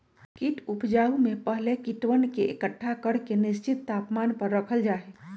कीट उपजाऊ में पहले कीटवन के एकट्ठा करके निश्चित तापमान पर रखल जा हई